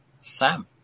Sam